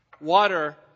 Water